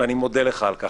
ואני מודה לך על כך,